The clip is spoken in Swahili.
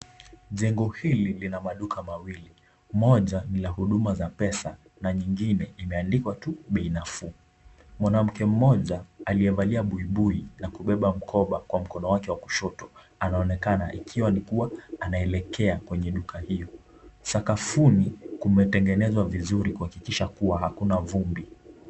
Jengo hili lina maduka mawili. Moja ni la huduma za pesa na nyingine imeandikwa tu bei nafuu. Mwanamke mmoja aliyevalia buibui na kubeba mkoba kwa mkono wake wa kushoto anaonekana ikiwa ni kuwa anaelekea kwenye duka hiyo. Sakafuni kumetengenezwa vizuri kuhakikisha kuwa hakuna vumbi.